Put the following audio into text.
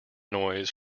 noise